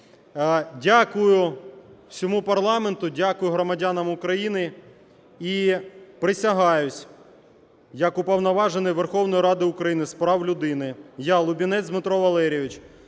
Дякую всьому парламенту. Дякую громадянам України. І присягаюся як Уповноважений Верховної Ради України з прав людини. Я, Лубінець Дмитро Валерійович,